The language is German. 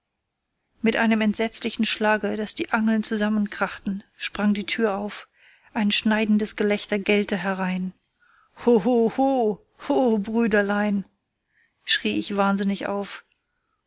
mit einem entsetzlichen schlage daß die angeln zusammenkrachten sprang die tür auf ein schneidendes gelächter gellte herein ho ho ho ho brüderlein schrie ich wahnsinnig auf